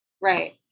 Right